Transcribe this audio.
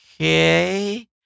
Okay